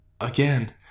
again